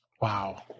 wow